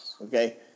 okay